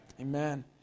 Amen